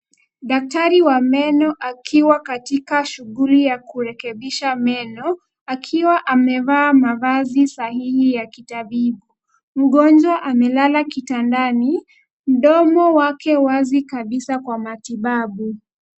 Daktari wa meno akiwa katika shughuli ya kurekebisha meno akiwa amevaa mavazi sahihi ya kitabibu. Mgonjwa amelala kitandani mdomo wake wazi kabisa kwa matibabu.